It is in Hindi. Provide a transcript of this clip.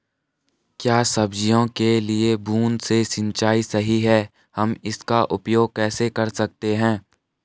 क्या सब्जियों के लिए बूँद से सिंचाई सही है हम इसका उपयोग कैसे कर सकते हैं?